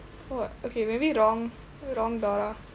oh okay maybe wrong wrong dora